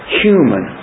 human